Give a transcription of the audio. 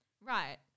Right